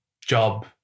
job